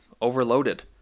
overloaded